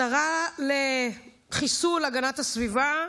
השרה לחיסול הגנת הסביבה.